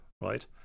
Right